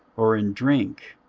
or in drink,